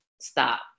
Stop